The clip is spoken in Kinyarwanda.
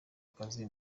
akazi